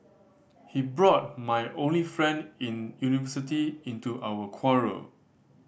he brought my only friend in university into our quarrel